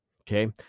Okay